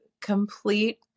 complete